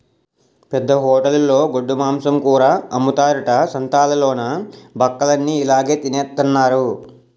పెద్ద హోటలులో గొడ్డుమాంసం కూర అమ్ముతారట సంతాలలోన బక్కలన్ని ఇలాగె తినెత్తన్నారు